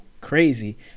crazy